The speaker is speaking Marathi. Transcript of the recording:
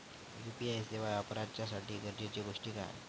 यू.पी.आय सेवा वापराच्यासाठी गरजेचे गोष्टी काय?